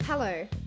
Hello